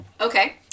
okay